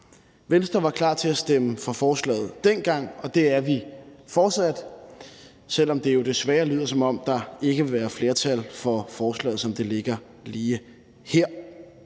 Venstre var klar til at stemme for forslaget dengang, og det er vi fortsat, selv om det jo desværre lyder, som om der ikke vil være flertal for forslaget, som det ligger her.